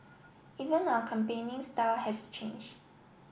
even our campaigning style has change